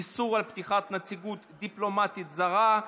איסור על פתיחת נציגות דיפלומטית זרה).